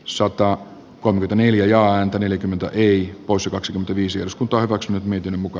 sota on kanelia ja häntä neljäkymmentä ei osu kaksikymmentäviisi osku torro z nyt miten muka